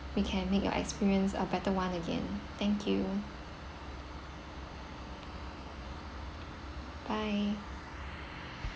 we can make your experience a better one again thank you bye